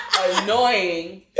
Annoying